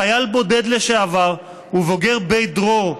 חייל בודד לשעבר ובוגר "בית דרור",